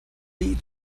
lih